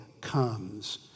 comes